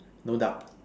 no doubt